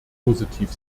positiv